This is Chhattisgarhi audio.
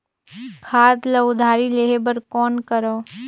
खाद ल उधारी लेहे बर कौन करव?